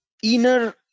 Inner